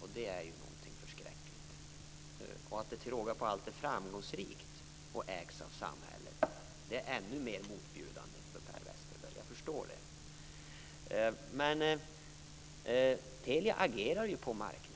och det är något förskräckligt. Att det till råga på allt är framgångsrikt och ägs av samhället är ännu mer motbjudande för Per Westerberg. Jag förstår det. Men Telia agerar ju på en marknad.